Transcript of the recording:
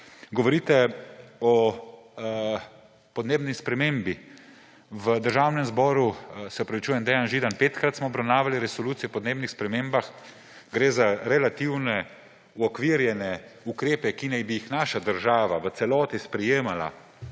Govorite o podnebni spremembi. V Državnem zboru, se opravičujem Dejan Židan, petkrat smo obravnavali resolucijo o podnebnih spremembah, gre za relativne uokvirjene ukrepe, ki naj bi jih naša država v celoti sprejemala.